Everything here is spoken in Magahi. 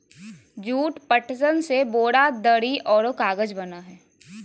जूट, पटसन से बोरा, दरी औरो कागज बना हइ